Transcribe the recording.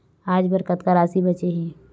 आज बर कतका राशि बचे हे?